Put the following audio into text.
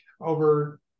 over